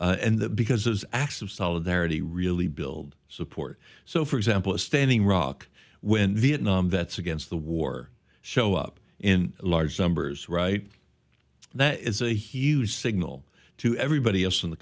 can because those acts of solidarity really build support so for example a standing rock when vietnam vets against the war show up in large numbers who right that is a huge signal to everybody else in the